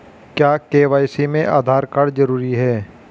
क्या के.वाई.सी में आधार कार्ड जरूरी है?